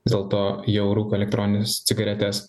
dėl to jau rūko elektronines cigaretes